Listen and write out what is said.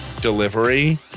delivery